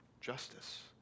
justice